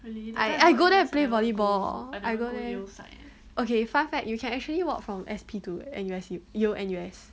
I I go there play volleyball I go there okay fine fat you can actually walk from S_P to N_U_S Yale Yale N_U_S